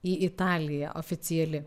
į italiją oficiali